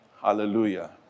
Hallelujah